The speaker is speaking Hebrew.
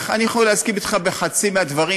אני יכול להסכים אתך בחצי מהדברים,